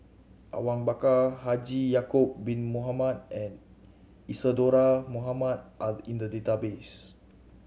Awang Bakar Haji Ya'acob Bin Mohamed and Isadhora Mohamed are in the database